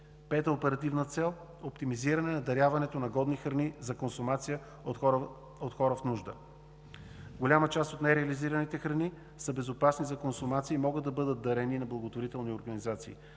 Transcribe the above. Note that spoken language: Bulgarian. Пета оперативна цел – оптимизиране на даряването на годни храни за консумация от хора в нужда. Голяма част от нереализираните храни са безопасни за консумация и могат да бъдат дарени на благотворителни организации,